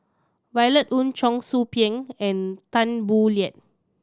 Violet Oon Cheong Soo Pieng and Tan Boo Liat